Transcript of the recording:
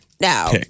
Now